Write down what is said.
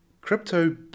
crypto